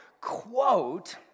quote